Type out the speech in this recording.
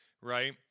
Right